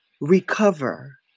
Recover